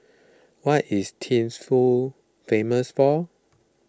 what is Thimphu famous for